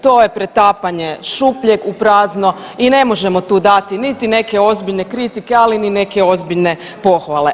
To je pretapanje šupljeg u prazno i ne možemo tu dati niti neke ozbiljne kritike, ali ni neke ozbiljne pohvale.